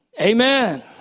Amen